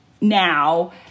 now